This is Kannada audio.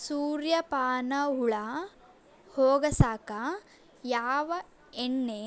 ಸುರ್ಯಪಾನ ಹುಳ ಹೊಗಸಕ ಯಾವ ಎಣ್ಣೆ